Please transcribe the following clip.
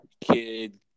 Kid